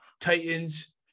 Titans